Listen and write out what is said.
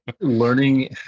learning